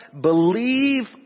believe